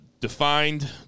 defined